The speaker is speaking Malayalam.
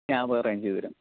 കാബ് അറേഞ്ച് ചെയ്തുതരും